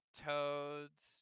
Toads